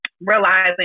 realizing